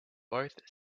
both